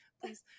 please